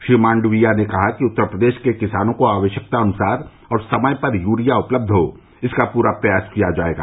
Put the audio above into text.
श्री मांडविया ने कहा कि उत्तर प्रदेश के किसानों को आवश्यकतानुसार और समय पर यूरिया उपलब्ध हो इसका पूरा प्रयास किया जायेगा